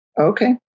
Okay